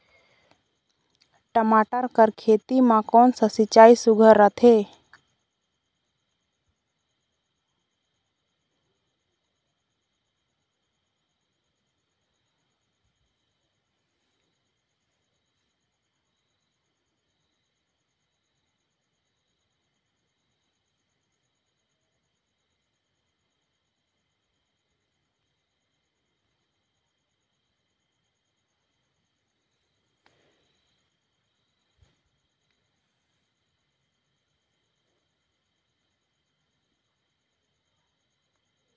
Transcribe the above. टमाटर कर खेती म कोन कस सिंचाई सुघ्घर रथे?